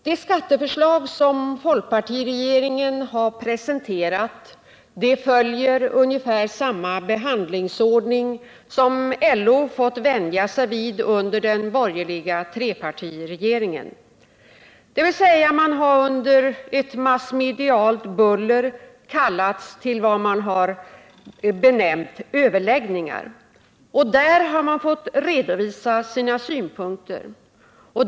Det skatteförslag som folkpartiregeringen har presenterat följer ungefär samma behandlingsordning som LO fått vänja sig vid under den borgerliga trepartiregeringen, dvs. man har under ett massmedialt buller kallats till s.k. överläggningar. Där har man fått redovisa sina synpunkter.